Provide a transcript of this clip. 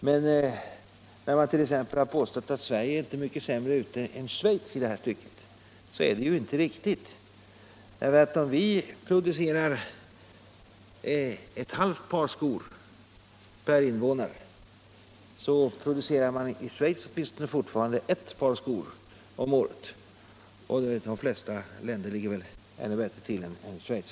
Men när man t.ex. har påstått att Sverige inte är mycket sämre ställt än Schweiz i det här stycket är det inte riktigt. Om vi producerar ett halvt par per invånare producerar man i Schweiz åtminstone fortfarande ett par skor per invånare om året, och de flesta länder ligger bättre till än Schweiz.